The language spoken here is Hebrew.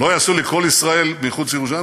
לא יעשו לי "קול ישראל" מחוץ לירושלים.